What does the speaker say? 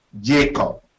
Jacob